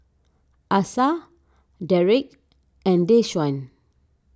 Asa Derrek and Deshaun